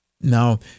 Now